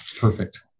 Perfect